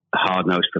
hard-nosed